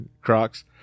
crocs